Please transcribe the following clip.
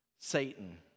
Satan